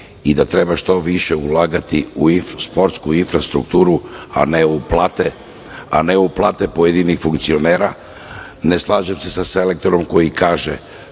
i da treba što više ulagati u sportsku infrastrukturu, a ne u plate pojedinih funkcionera. Ne slažem se sa selektorom koji kaže